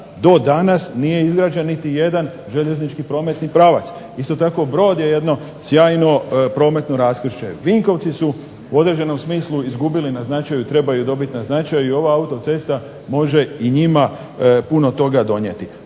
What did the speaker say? do danas nije izgrađen niti jedan željeznički prometni pravac. Isto tako Brod je jedno sjajno prometno raskršće. Vinkovci su u određenom smislu izgubili na značaju, trebaju dobiti na značaju, i ova autocesta može i njima puno toga donijeti,